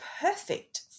perfect